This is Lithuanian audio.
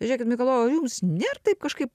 žiūrėk mikalojau jums ne taip kažkaip